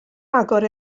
agor